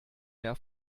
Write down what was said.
mehr